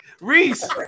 Reese